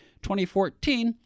2014